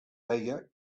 deia